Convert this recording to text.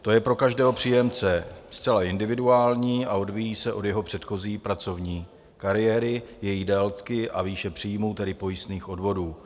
To je pro každého příjemce zcela individuální a odvíjí se od jeho předchozí pracovní kariéry, její délky a výše příjmu, tedy pojistných odvodů.